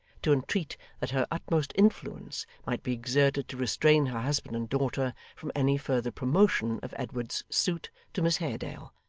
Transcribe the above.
to entreat that her utmost influence might be exerted to restrain her husband and daughter from any further promotion of edward's suit to miss haredale,